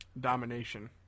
Domination